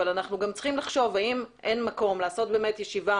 אבל אנחנו גם צריכים לחשוב האם אין מקום לעשות באמת ישיבה